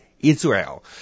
Israel